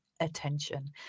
attention